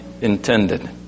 intended